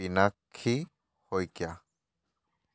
Minakshi Saikia